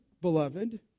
beloved